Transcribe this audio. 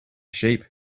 sheep